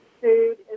food